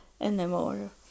anymore